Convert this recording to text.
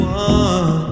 one